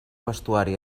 vestuari